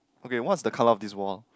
okay what's the color of this